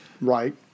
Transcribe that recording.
Right